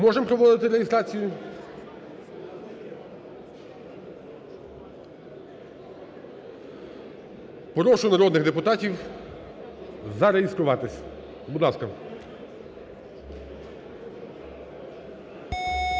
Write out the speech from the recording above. Можемо проводити реєстрацію? Прошу народних депутатів зареєструватись. Будь ласка.